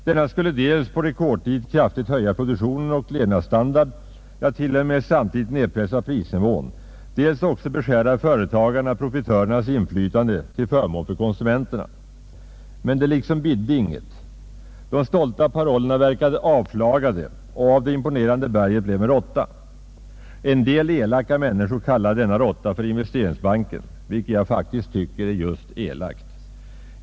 Denna skulle dels på rekordtid kraftigt höja produktion och levnadsstandard, ja till och med samtidigt nedpressa prisnivån, dels också beskära företagarna—profitörernas inflytande till förmån för konsumenterna. Men det liksom bidde inget. De stolta parollerna verkar avflagade, och av det imponerande berget blev en råtta. En del elaka människor kallar denna råtta för Investeringsbanken, vilket jag faktiskt tycker är elakt.